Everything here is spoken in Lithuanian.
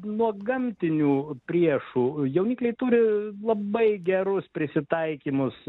nuo gamtinių priešų jaunikliai turi labai gerus prisitaikymus